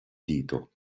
dito